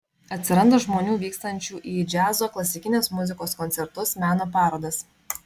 atsiranda žmonių vykstančių į džiazo klasikinės muzikos koncertus meno parodas